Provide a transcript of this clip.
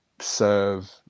serve